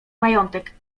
majątek